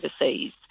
overseas